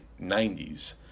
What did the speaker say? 90s